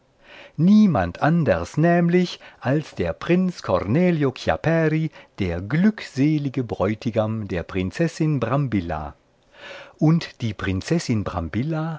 niemand anders nämlich als der prinz cornelia chiapperi der glückselige bräutigam der prinzessin brambilla und die prinzessin